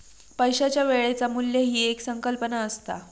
पैशाच्या वेळेचा मू्ल्य ही एक संकल्पना असता